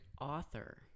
author